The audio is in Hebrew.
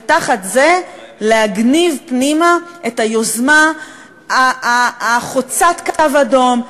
ותחת זה להגניב פנימה את היוזמה החוצה קו אדום,